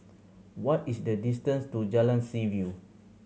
what is the distance to Jalan Seaview